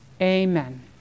amen